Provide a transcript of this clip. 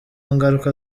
ingaruka